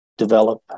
develop